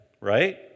right